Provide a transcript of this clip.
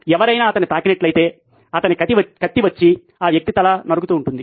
ఎవరైనా అతన్ని తాకినట్లయితే అతని కత్తి వచ్చి ఆ వ్యక్తి తల నరుకుతూ ఉంది